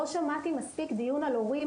לא שמעתי מספיק דיון על הורים,